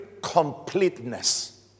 completeness